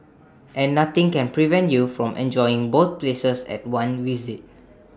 and nothing can prevent you from enjoying both places at one visit